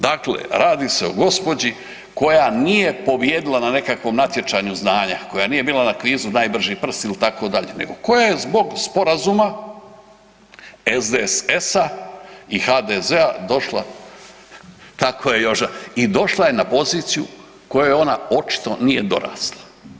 Dakle, radi se o gospođi koja nije pobijedila ne nekakvom natječaju znanja, koja nije bila na kvizu Najbrži prst itd. nego koja je zbog sporazuma SDSS-a i HDZ-a došla, tako je Joža, i došla je na poziciju kojoj ona očito nije dorasla.